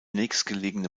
nächstgelegene